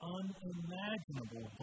unimaginable